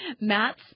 Matt